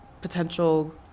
potential